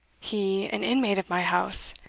he an inmate of my house!